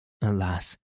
Alas